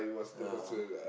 ya